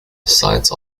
science